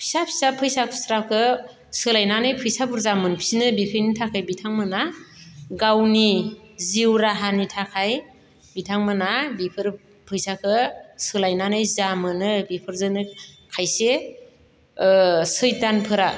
फिसा फिसा फैसा खुस्राखौ सोलायनानै फैसा बुरजा मोनफिनो बेफोरनि थाखाय बिथांमोना गावनि जिउ राहानि थाखाय बिथांमोना बेफोर फैसाखौ सोलायनानै जा मोनो बेफोरजोंनो खायसे सैथानफोरा